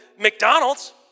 McDonald's